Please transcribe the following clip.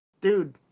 Dude